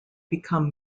become